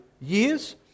years